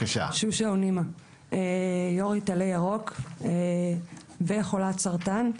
אני שושה אונימה, יו"רית עלה ירוק וחולת סרטן.